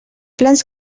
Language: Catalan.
plans